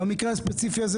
במקרה הספציפי הזה,